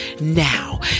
Now